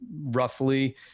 roughly